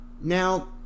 Now